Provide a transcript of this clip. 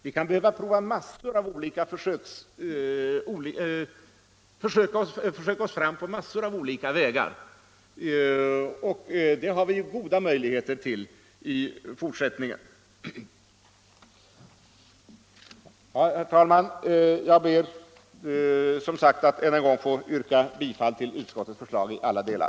Vi kan behöva söka oss fram på massor av olika vägar. Det har vi goda möjligheter till i fortsättningen. Herr talman! Jag ber att få yrka bifall till utskottets förslag i alla delar.